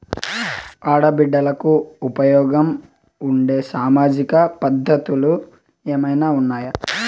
ఆడ బిడ్డలకు ఉపయోగం ఉండే సామాజిక పథకాలు ఏమైనా ఉన్నాయా?